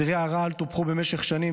זרעי הרעל טופחו במשך שנים,